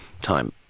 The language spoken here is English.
time